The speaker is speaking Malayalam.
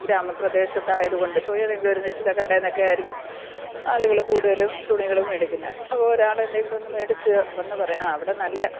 ഗ്രാമപ്രദേശത്തായതുകൊണ്ട് ഏതെങ്കിലും ഒരു നിശ്ചിത കടയിൽ നിന്നൊക്കെ ആയിരിക്കും ആളുകൾ കൂടുതലും തുണികൾ മേടിക്കുന്നത് അപ്പം ഒരാൾ എന്തെങ്കിലും ഒന്ന് മേടിച്ചു വന്നു പറയുകയാണ് അവിടെ നല്ല